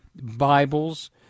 Bibles